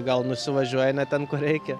gal nusivažiuoja ne ten kur reikia